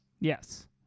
Yes